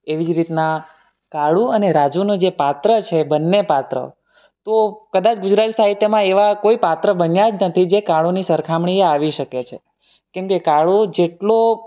એવી જ રીતના કાળુ અને રાજુનું જે પાત્ર છે એ બંને પાત્રો તો કદાચ ગુજરાતી સાહિત્યમાં એવા કોઈ પાત્ર બન્યા જ નથી જે કાળુની સરખામણીએ આવી શકે છે કેમ કે કાળુ જેટલો